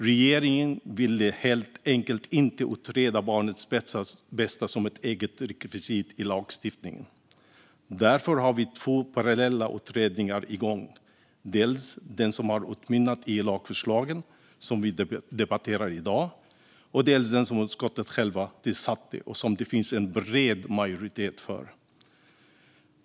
Regeringen ville helt enkelt inte utreda barnets bästa som ett eget rekvisit i lagstiftningen. Därför har vi haft två parallella utredningar igång: dels den som har utmynnat i de lagförslag som vi debatterar i dag, dels den som utskottet självt tillsatte och som det finns en bred majoritet för.